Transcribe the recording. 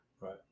Right